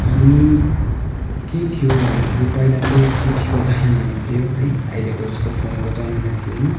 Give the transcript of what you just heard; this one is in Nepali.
अनि के थियो भन्दाखेरि पहिला चाहिँ चिट्ठीको जमानामा थियो है अहिलेको जस्तो फोनको जमाना थिएन